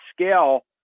scale